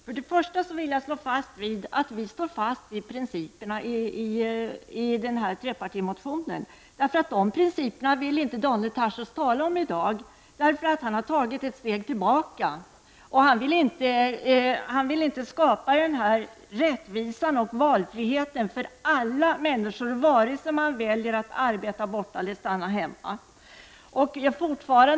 Herr talman! Vi står fast vid principerna i trepartimotionen. Dessa principer vill inte Daniel Tarschys tala om i dag. Han har nämligen tagit ett steg tillbaka och vill inte skapa rättvisa och valfrihet för alla människor vare sig de väljer att förvärvsarbeta eller stanna hemma för vård av barn.